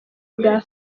ubwa